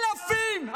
אלפים.